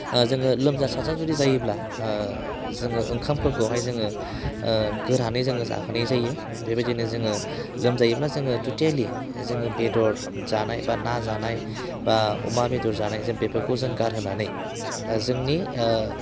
जोङो लोमजा साजा जुदि जायोब्ला जोङो ओंखामफोरखौहाय जोङो गोरानै जोङो जाहोनाय जायो बेबायदिनो जोङो लोमजायोब्ला जोङो टटेलि जोङो बेदर जानाय बा ना जानाय बा अमा बेदर जानाय जों बेफोरखौ जों गारहोनानै जोंनि